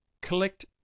Collect